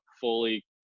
fully